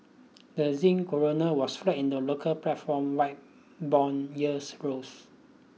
the koruna was flat in the local platform white bond yields growth